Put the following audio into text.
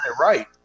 right